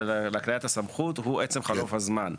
להקניית הסמכות הוא עצם חלוף הזמן.